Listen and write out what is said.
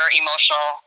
emotional